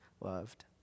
loved